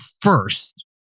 first